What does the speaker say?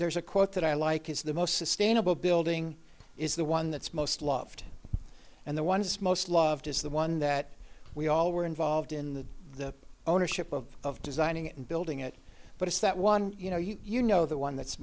there's a quote that i like is the most sustainable building is the one that's most loved and the one is most loved is the one that we all were involved in that the ownership of designing and building it but it's that one you know you you know the one that's